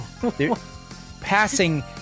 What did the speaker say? Passing